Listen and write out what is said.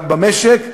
במשק,